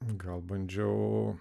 gal bandžiau